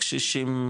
קשישים,